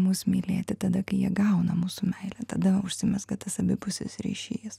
mus mylėti tada kai jie gauna mūsų meilę tada užsimezga tas abipusis ryšys